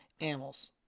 animals